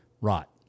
rot